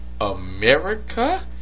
America